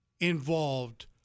involved